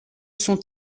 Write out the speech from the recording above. son